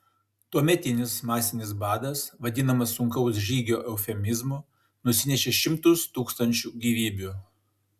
tuometinis masinis badas vadinamas sunkaus žygio eufemizmu nusinešė šimtus tūkstančių gyvybių